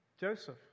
Joseph